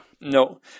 no